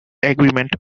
agreement